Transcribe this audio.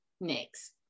next